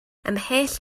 ymhell